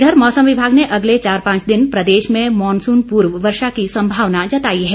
इधर मौसम विभाग ने अगले चार पांच दिन प्रदेश में मॉनसून पूर्व वर्षा की संभावना जताई है